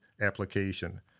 application